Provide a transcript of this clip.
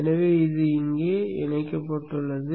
எனவே இது இங்கே இணைக்கப்பட்டுள்ளது